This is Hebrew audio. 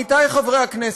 עמיתי חברי הכנסת,